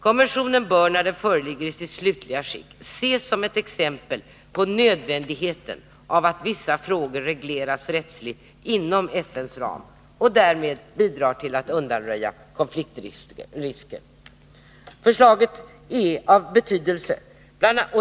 Konventionen bör, när den föreligger i sitt slutliga skick, ses som ett exempel på nödvändigheten av att vissa frågor regleras rättsligt inom FN:s ram och därmed bidrar till att undanröja konfliktrisker. Förslaget till konvention är av stor betydelse.